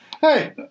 hey